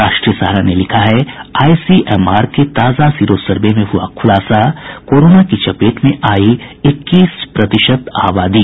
राष्ट्रीय सहारा ने लिखा है आईसीएमआर के ताजा सीरो सर्वे में हुए खुलासा कोरोना की चपेट में आयी इक्कीस प्रतिशत आबादी